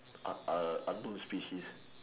un~ err unknown species